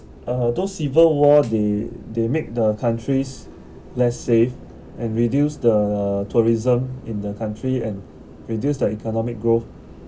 uh those civil war they they make the countries less safe and reduce the tourism in the country and reduce the economic growth